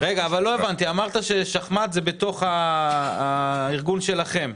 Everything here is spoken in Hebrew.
אמרת ששחמט זה בארגון שלכם,